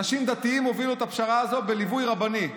אנשים דתיים הובילו את הפשרה הזאת בליווי רבנים,